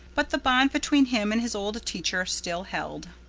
but the bond between him and his old teacher still held.